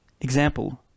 example